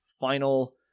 final